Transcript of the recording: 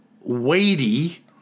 weighty